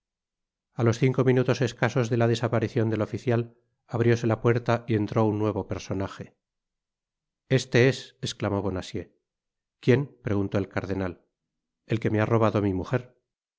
a los cinco minutos escasos de la desaparicion del oficial abrióse la puerta y entró un nuevo personaje este es esclamó bonacieux quién preguntó el cardenal el que me ha robado mi mujer